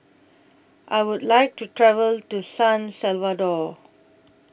I Would like to travel to San Salvador